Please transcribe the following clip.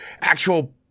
actual